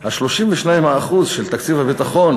אז 32% של תקציב הביטחון,